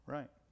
Right